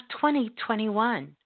2021